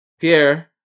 Pierre